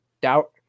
doubt